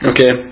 Okay